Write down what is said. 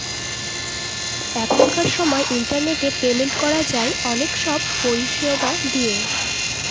এখনকার সময় internet payment করা যায় অনেক সব পরিষেবা দিয়ে